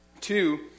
Two